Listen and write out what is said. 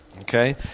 Okay